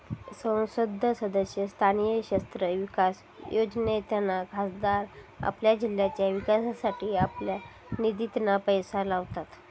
संसद सदस्य स्थानीय क्षेत्र विकास योजनेतना खासदार आपल्या जिल्ह्याच्या विकासासाठी आपल्या निधितना पैशे लावतत